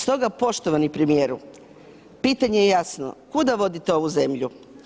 Stoga poštovani premijeru, pitanje je jasno, kuda vodite ovu zemlju?